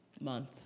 month